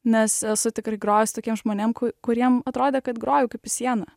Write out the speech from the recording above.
nes esu tikrai grojus tokiem žmonėm ku kuriem atrodė kad groju kaip į sieną